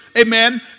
amen